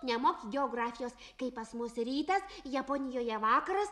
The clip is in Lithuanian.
nemoka geografijos kai pas mus rytas japonijoje vakaras